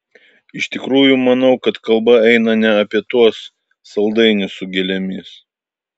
iš tikrųjų manau kad kalba eina ne apie tuos saldainius su gėlėmis